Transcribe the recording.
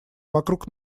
вокруг